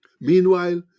Meanwhile